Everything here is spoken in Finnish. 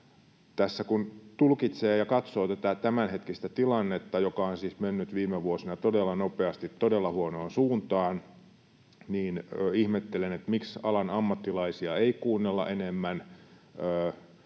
Tässä kun tulkitsee ja katsoo tätä tämänhetkistä tilannetta, joka on siis mennyt viime vuosina todella nopeasti todella huonoon suuntaan, niin ihmettelen, että miksi alan ammattilaisia ei kuunnella enemmän.